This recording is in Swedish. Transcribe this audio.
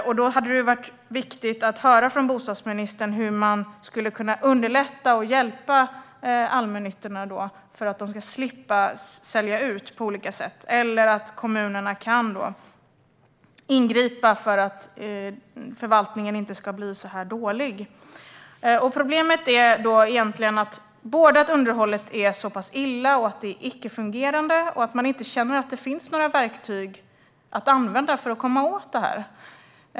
Därför hade det varit viktigt att höra från bostadsministern hur man skulle kunna underlätta och hjälpa allmännyttan så att de slipper sälja ut på olika sätt, eller att kommunerna kan ingripa för att förvaltningen inte ska bli så här dålig. Problemet är egentligen både att underhållet är så pass illa och icke fungerande och att man inte känner att det finns några verktyg som man kan använda för att komma åt detta.